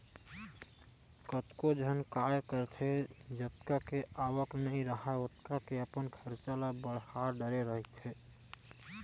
कतको झन काय करथे जतका के आवक नइ राहय ओतका के अपन खरचा ल बड़हा डरे रहिथे